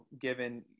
given